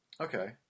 Okay